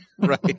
Right